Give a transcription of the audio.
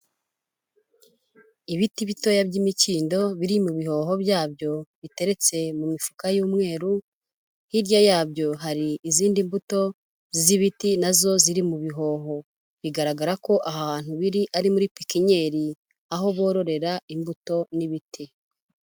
Ibiti bitoya by'imikindo biri mu bihoho byabyo biteretse mu mifuka y'umweru, hirya yabyo hari izindi mbuto z'ibiti na zo ziri mu bihoho, bigaragara ko ahantu biri ari muri pipinyeri aho bororera imbuto n'ibiti.